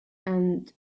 and